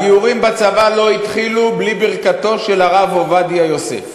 הגיורים בצבא לא התחילו בלי ברכתו של הרב עובדיה יוסף,